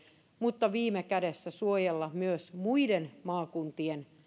mutta viime kädessä suojella myös muiden maakuntien